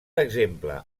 exemple